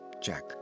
Jack